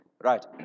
Right